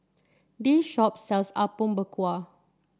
this shop sells Apom Berkuah